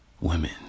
women